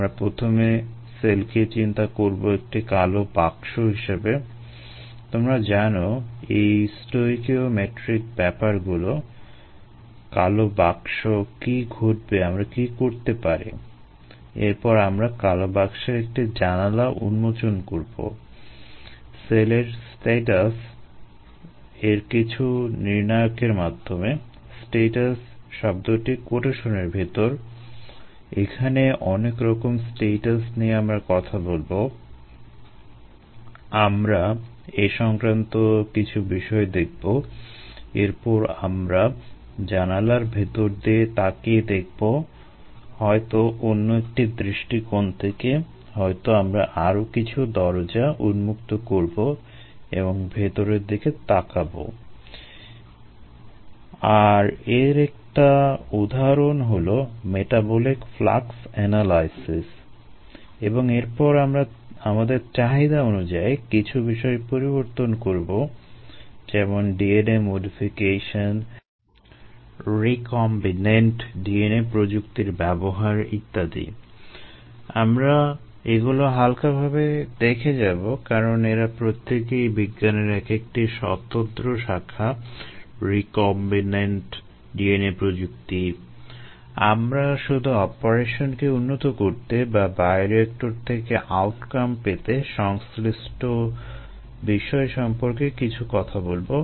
আমরা প্রথমে সেলকে চিন্তা করবো একটি কালো বাক্স হিসেবে তোমরা জানো এই স্টয়কিওমেট্রিক পেতে সংশ্লিষ্ট বিষয় সম্পর্কে কিছু কথা বলবো